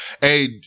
Hey